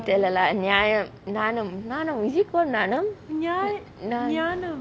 இல்ல:illa lah ஞானம் ஞானம் நானும்:illa nyanam nyaanam naanum is it call ஞானம்:nyaanam